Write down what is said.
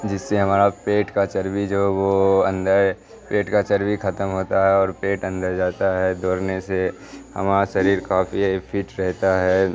جس سے ہمارا پیٹ کا چربی جو ہے وہ اندر ہے پیٹ کا چربی ختم ہوتا ہے اور پیٹ اندر جاتا ہے دوڑنے سے ہمارا شریر کافی فٹ رہتا ہے